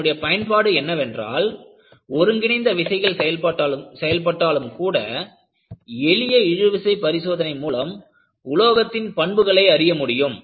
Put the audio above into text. அதனுடைய பயன்பாடு என்னவென்றால் ஒருங்கிணைந்த விசைகள் செயல்பட்டாலும் கூட எளிய இழுவிசை பரிசோதனை மூலம் உலோகத்தின் பண்புகளை அறிய முடியும்